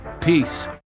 Peace